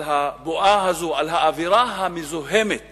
על הבועה הזו, על האווירה המזוהמת